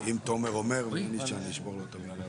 אם תומר אומר, מי אני שאשבור לו את המילה.